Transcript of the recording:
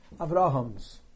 Avraham's